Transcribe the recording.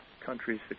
countries